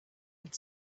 had